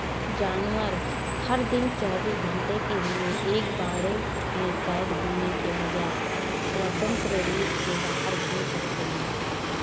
जानवर, हर दिन चौबीस घंटे के लिए एक बाड़े में कैद होने के बजाय, स्वतंत्र रूप से बाहर घूम सकते हैं